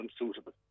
unsuitable